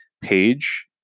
page